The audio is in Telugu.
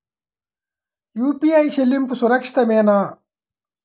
యూ.పీ.ఐ చెల్లింపు సురక్షితమేనా?